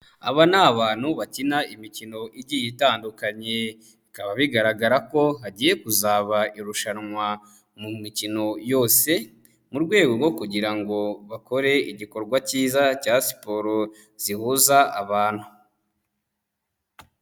Aba ni abantu bakina imikino igiye itandukanye, bikaba bigaragara ko hagiye kuzaba irushanwa mu mikino yose, mu rwego rwo kugira ngo bakore igikorwa cyiza cya siporo zihuza abantu.